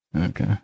Okay